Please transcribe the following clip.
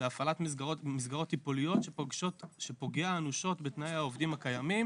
להפעלת מסגרות טיפוליות שפוגע אנושות בתנאי העובדים הקיימים